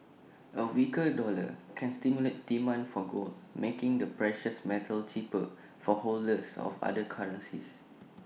A weaker dollar can stimulate demand for gold making the precious metal cheaper for holders of other currencies